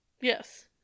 Yes